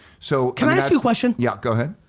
so can i ask you a question? yeah, go ahead.